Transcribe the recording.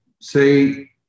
say